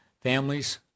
families